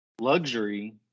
luxury